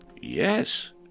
Yes